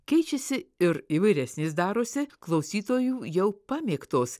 keičiasi ir įvairesnės darosi klausytojų jau pamėgtos